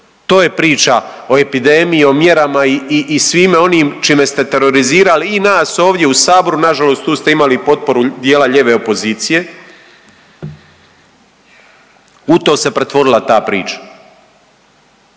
To je priča o epidemiji, o mjerama i svime onim čime ste terorizirali i nas ovdje u Saboru. Na žalost tu ste imali i potporu dijela lijeve opozicije. U to se pretvorila ta priča.